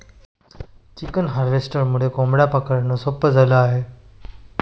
chicken हार्वेस्टरमुळे कोंबड्या पकडणं सोपं झालं आहे